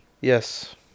Yes